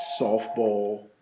Softball